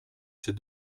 ces